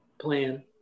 plan